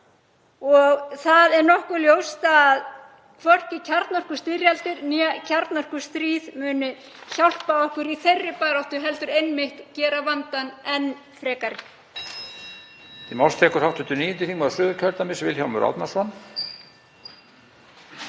og nokkuð ljóst að hvorki kjarnorkustyrjaldir né kjarnorkustríð munu hjálpa okkur í þeirri baráttu heldur einmitt gera vandann enn stærri.